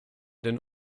den